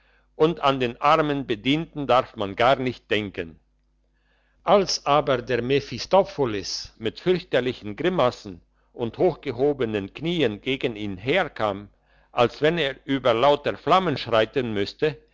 und an den armen bedienten darf man gar nicht denken als aber der mephistopholes mit fürchterlichen grimassen und hochgehobenen knien gegen ihn herkam als wenn er über lauter flammen schreiten müsste